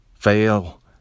fail